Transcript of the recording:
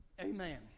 Amen